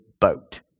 boat